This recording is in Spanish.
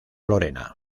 lorena